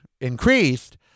increased